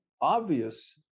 obvious